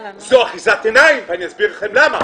זו אחיזת עיניים ואני אסביר לכם למה.